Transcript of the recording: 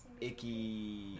icky